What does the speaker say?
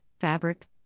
fabric